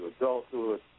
adulthood